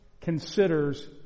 considers